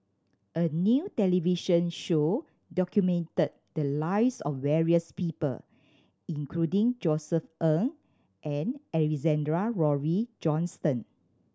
a new television show documented the lives of various people including Josef Ng and Alexander Laurie Johnston